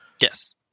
Yes